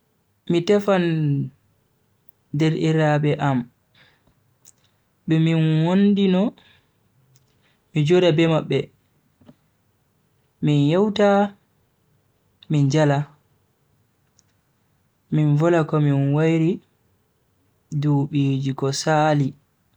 Mi tefan derdirabe am be min wondi no mi joda be mabbe min yewta min jala. min vola komi wairi dubiji ko saali.